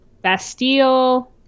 Bastille